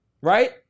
right